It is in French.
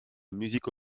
musique